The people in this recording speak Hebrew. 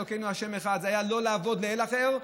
אלוקינו ה' אחד זה היה לא לעבוד לאל אחר,